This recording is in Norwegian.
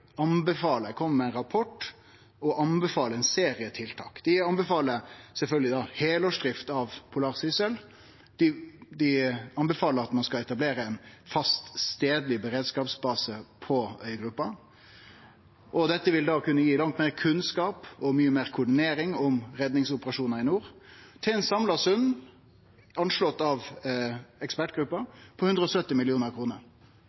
anbefaler ein serie tiltak. Dei anbefaler sjølvsagt heilårsdrift av «Polarsyssel», og dei anbefaler at ein skal etablere ein fast, stadleg beredskapsbase på øygruppa. Dette vil kunne gi langt meir kunnskap og mykje meir koordinering av redningsoperasjonar i nord, til ein samla sum, anslått av